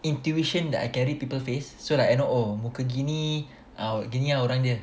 intuition that I can read people face so like I know oh muka gini ah gini ah orangnya